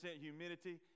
humidity